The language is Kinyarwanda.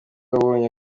abonye